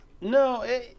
No